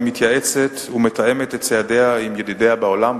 מתייעצת ומתאמת את צעדיה עם ידידיה בעולם,